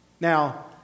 Now